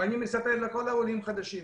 ואני מספר לכל העולים החדשים,